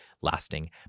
lasting